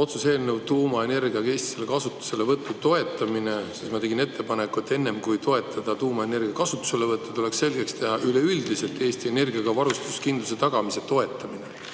otsuse eelnõu "Tuumaenergia Eestis kasutuselevõtu toetamine" ja ma tegin ettepaneku, et enne kui toetada tuumaenergia kasutuselevõttu, tuleks selgeks teha üleüldiselt Eesti energiavarustuskindluse tagamise toetamine.